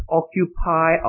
occupy